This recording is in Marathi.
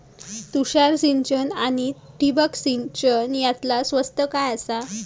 तुषार सिंचन आनी ठिबक सिंचन यातला स्वस्त काय आसा?